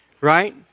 right